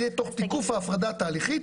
זה יהיה תוך תיקוף ההפרדה התהליכית